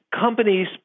companies